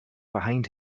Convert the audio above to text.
behind